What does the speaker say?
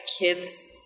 kids